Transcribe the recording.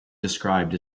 described